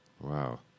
wow